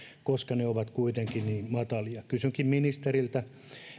koska ne ovat kuitenkin niin matalia kysynkin ministeriltä